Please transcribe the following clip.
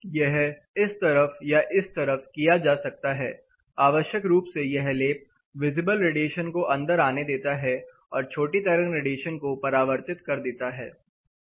यह इस तरफ या इस तरफ किया जा सकता है आवश्यक रूप से यह लेप विजिबल रेडिएशन को अंदर आने देता है और छोटी तरंग रेडिएशन को परावर्तित कर देता है